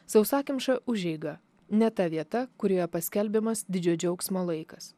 sausakimša užeiga ne ta vieta kurioje paskelbiamas didžio džiaugsmo laikas